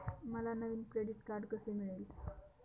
मला नवीन credit card कसे मिळेल?